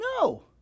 No